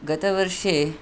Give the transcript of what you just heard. गतवर्षे